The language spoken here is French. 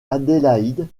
adélaïde